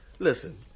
Listen